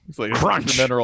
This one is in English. Crunch